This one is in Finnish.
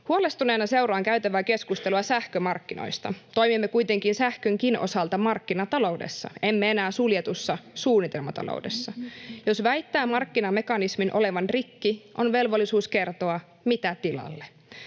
Huolestuneena seuraan käytävää keskustelua sähkömarkkinoista. Toimimme kuitenkin sähkönkin osalta markkinataloudessa, emme enää suljetussa suunnitelmataloudessa. Jos väittää markkinamekanismin olevan rikki, on velvollisuus kertoa, mitä tilalle.